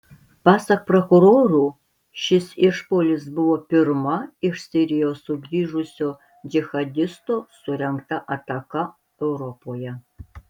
pasak prokurorų šis išpuolis buvo pirma iš sirijos sugrįžusio džihadisto surengta ataka europoje